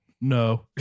no